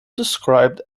described